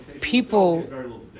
people